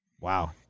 Wow